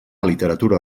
literatura